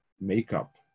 makeup